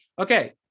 okay